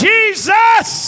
Jesus